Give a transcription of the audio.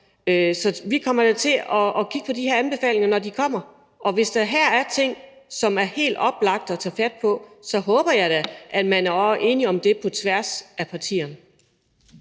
så vi kommer da til at kigge på de anbefalinger, når de kommer, og hvis der her er ting, som det er helt oplagt at tage fat på, så håber jeg da, at man på tværs af partierne